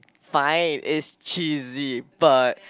fine it's cheesy but